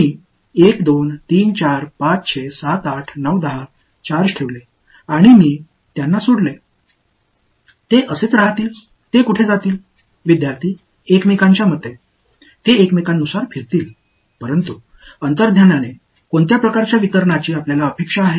நீங்கள் 10 சார்ஜ் களைச் சொல்ல அனுமதித்தீர்கள் என்று கற்பனை செய்து பாருங்கள் நான் 1 2 3 4 5 6 7 8 9 10 சார்ஜ்களை வைத்து அவற்றை விட்டு விடுகிறேன் அவைகள் அப்படியே இருக்குமா அவர்கள் எங்கே போகும்